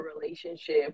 relationship